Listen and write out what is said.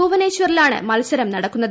ഭുവനേശ്വറിലാണ് മത്സരം നടക്കുന്നത്